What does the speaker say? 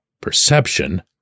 perception